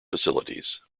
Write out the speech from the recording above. facilities